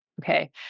Okay